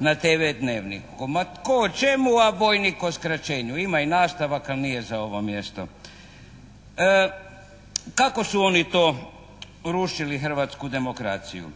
na TV dnevniku. Ma tko o čemu, a vojnik o skraćenju. Ima i nastavak al' nije za ovo mjesto. Kako su oni to rušili hrvatsku demokraciju?